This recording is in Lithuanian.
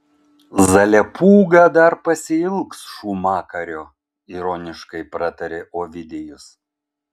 zalepūga dar pasiilgs šūmakario ironiškai pratarė ovidijus